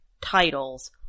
titles